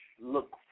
look